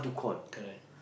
correct